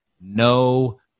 no